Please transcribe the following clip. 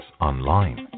online